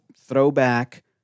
throwback